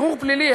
ערעור פלילי,